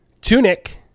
Tunic